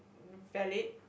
valid